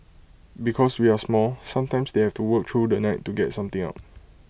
because we are small sometimes they have to work through the night to get something out